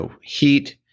heat